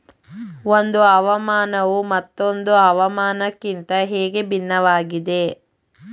ಒಂದು ಹವಾಮಾನವು ಮತ್ತೊಂದು ಹವಾಮಾನಕಿಂತ ಹೇಗೆ ಭಿನ್ನವಾಗಿದೆ?